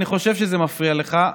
אני חושב שזה מפריע לך.